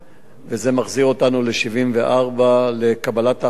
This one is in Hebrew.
וזה מחזיר אותנו ל-1974, לקבלת ההחלטה